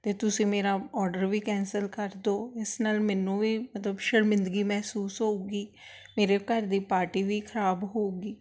ਅਤੇ ਤੁਸੀਂ ਮੇਰਾ ਔਡਰ ਵੀ ਕੈਂਸਲ ਕਰ ਦਿਓ ਇਸ ਨਾਲ ਮੈਨੂੰ ਵੀ ਮਤਲਬ ਸ਼ਰਮਿੰਦਗੀ ਮਹਿਸੂਸ ਹੋਊਗੀ ਮੇਰੇ ਘਰ ਦੀ ਪਾਰਟੀ ਵੀ ਖ਼ਰਾਬ ਹੋਊਗੀ